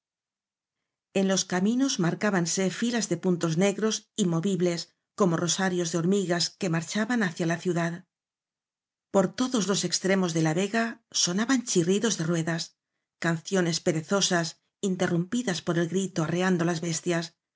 en los caminos marcábanse filas cíe puntos negros y movibles como rosarios de hormigas que marchaban hacia la ciudad por todos los extremos de la vega sonaban chirridos de rue das canciones perezosas interrumpidas por el grito arreando las bestias